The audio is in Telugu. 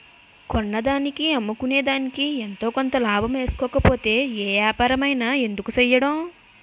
కొన్నదానికి అమ్ముకునేదికి ఎంతో కొంత లాభం ఏసుకోకపోతే ఏ ఏపారమైన ఎందుకు సెయ్యడం?